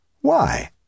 Why